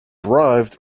arrived